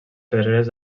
pedreres